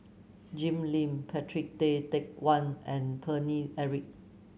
Jim Lim Patrick Tay Teck Guan and Paine Eric